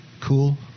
Cool